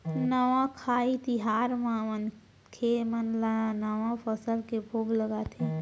नवाखाई तिहार म मनखे मन नवा फसल के भोग लगाथे